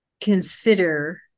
consider